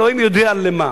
אלוהים יודע למה.